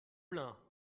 blein